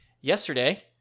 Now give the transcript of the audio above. Yesterday